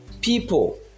people